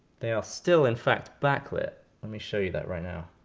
they are still in fact backlit. let me show you that right now.